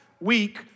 week